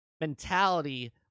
mentality